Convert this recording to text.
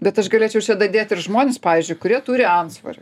bet aš galėčiau čia dadėt ir žmones pavyzdžiui kurie turi antsvorį